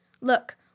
Look